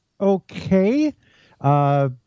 okay